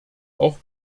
auch